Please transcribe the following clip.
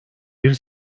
bir